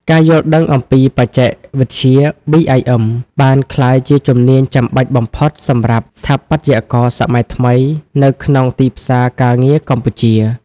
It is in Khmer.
ការយល់ដឹងអំពីបច្ចេកវិទ្យា BIM បានក្លាយជាជំនាញចាំបាច់បំផុតសម្រាប់ស្ថាបត្យករសម័យថ្មីនៅក្នុងទីផ្សារការងារកម្ពុជា។